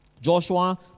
Joshua